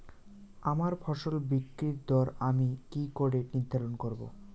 আমার ফসল বিক্রির দর আমি কি করে নির্ধারন করব?